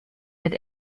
mit